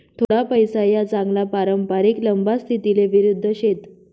थोडा पैसा या चांगला पारंपरिक लंबा स्थितीले विरुध्द शेत